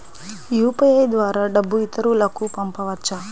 UPI ద్వారా డబ్బు ఇతరులకు పంపవచ్చ?